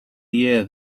year